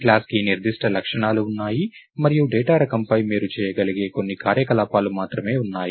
class కి నిర్దిష్ట లక్షణాలు ఉన్నాయి మరియు డేటా రకంపై మీరు చేయగలిగే కొన్ని కార్యకలాపాలు మాత్రమే ఉన్నాయి